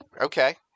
Okay